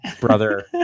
brother